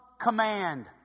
command